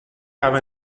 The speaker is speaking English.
have